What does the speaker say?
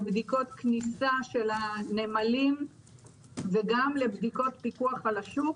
לבדיקות כניסה של הנמלים וגם לבדיקות פיקוח על השוק.